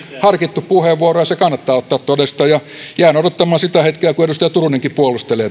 harkittu puheenvuoro ja se kannattaa ottaa todesta ja jään odottamaan sitä hetkeä kun edustaja turunenkin puolustelee